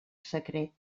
secret